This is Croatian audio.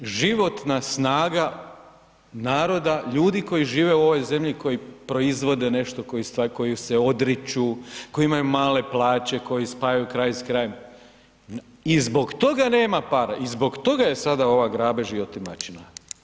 To je životna snaga naroda, ljudi koji žive u ovoj zemlji, koji proizvode nešto, koji se odriču, koji imaju male plaće, koji spajaju kraj s krajem i zbog toga nema para i zbog toga je sada ova grabež i otimačina.